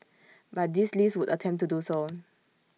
but this list would attempt to do so